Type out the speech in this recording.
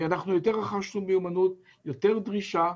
אנחנו רכשנו מיומנות ויש יותר דרישה,